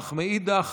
אך מנגד,